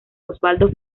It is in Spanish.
osvaldo